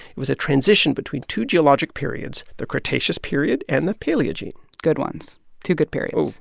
it was a transition between two geologic periods, the cretaceous period and the paleogene good ones two good periods oh,